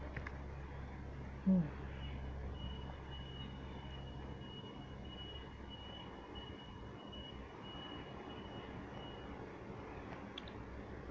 mm